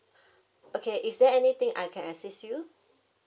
okay is there anything I can assist you